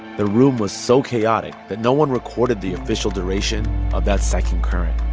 the room was so chaotic that no one recorded the official duration of that second current